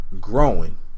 growing